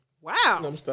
wow